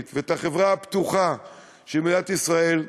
ואת החברה הפתוחה של מדינת ישראל,